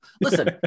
Listen